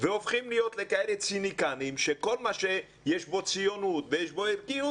והופכים להיות לכאלה ציניקנים שכל מה שיש לו ציונות וערכיות